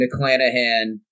McClanahan